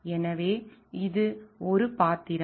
எனவே இது ஒரு பாத்திரம்